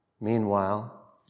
Meanwhile